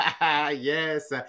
Yes